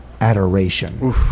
adoration